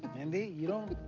mindy, you don't